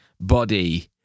body